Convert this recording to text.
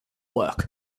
work